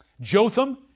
Jotham